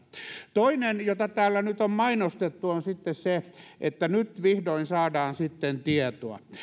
toinen jota täällä nyt on mainostettu on se että nyt sitten vihdoin saadaan tietoa